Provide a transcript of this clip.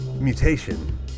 mutation